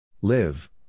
Live